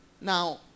now